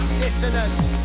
dissonance